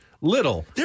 little